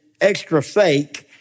extra-fake